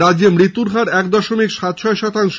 রাজ্যে মৃত্যুর হার এক দশমিক সাত ছয় শতাংশ